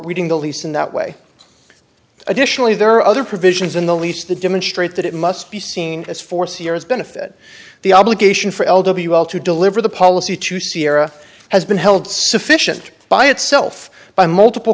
reading the lease in that way additionally there are other provisions in the lease the demonstrate that it must be seen as for serious benefit the obligation for l w l to deliver the policy to sierra has been held sufficient by itself by multiple